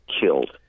killed